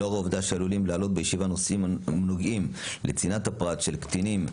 לאור העובדה שעלולים לעלות בישיבה נושאים שנוגעים לצנעת הפרט של קטינים,